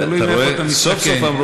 ותלוי מאיפה אתה מסתכל.